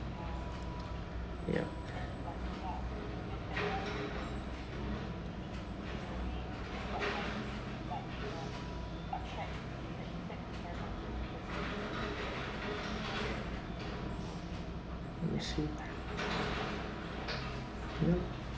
ya mm